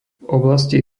oblasti